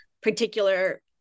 particular